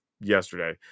yesterday